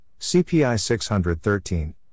CPI-613